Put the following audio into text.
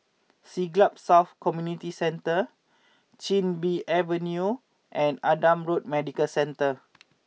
Siglap South Community Centre Chin Bee Avenue and Adam Road Medical Centre